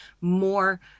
more